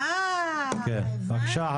אה, הבנתי.